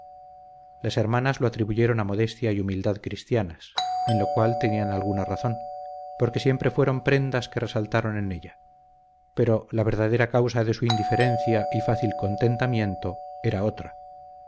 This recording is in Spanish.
las hermanas lo atribuyeron a modestia y humildad cristianas en lo cual tenían alguna razón porque siempre fueron prendas que resaltaron en ella pero la verdadera causa de su indiferencia y fácil contentamiento era otra